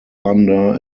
thunder